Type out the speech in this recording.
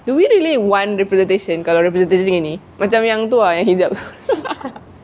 do we really want representation kalau representation gini macam hijab